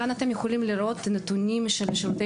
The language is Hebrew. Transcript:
כאן אתם יכולים לראות נתונים של שירותי